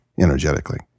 energetically